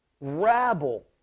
rabble